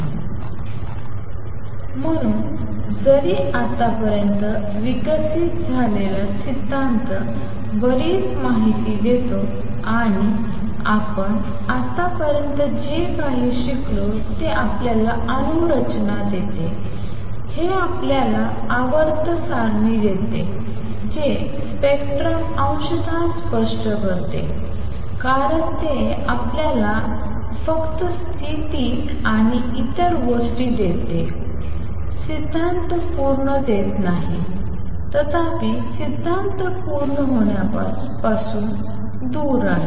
म्हणून जरी आतापर्यंत विकसित झालेला सिद्धांत बरीच माहिती देतो आणि आपण आतापर्यंत जे काही शिकलो ते आपल्याला अणू रचना देते हे आपल्याला आवर्त सारणी देते जे स्पेक्ट्रम अंशतः स्पष्ट करते कारण ते आपल्याला फक्त स्थितीआणि इतर अनेक गोष्टी देते सिद्धांत पूर्ण नाही तथापि सिद्धांत पूर्ण होण्यापासून दूर आहे